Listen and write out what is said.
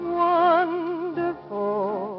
wonderful